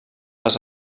les